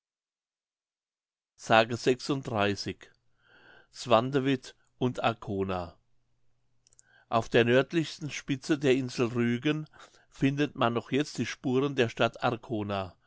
s swantewit und arkona auf der nördlichsten spitze der insel rügen findet man noch jetzt die spuren der stadt arkona